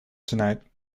tonight